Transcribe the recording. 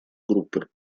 группы